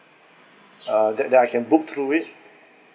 uh that that I can book through it